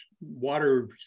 water